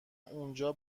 اونجا